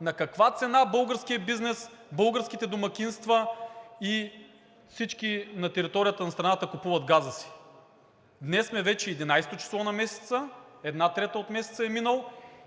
на каква цена българският бизнес, българските домакинства и всички на територията на страната купуват газа си. Днес сме вече 11-о число на месеца, една трета от месеца е минала